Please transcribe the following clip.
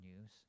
news